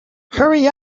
hurry